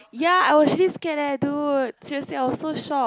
ya I was really scared eh dude seriously I was so shocked